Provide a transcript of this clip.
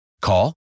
Call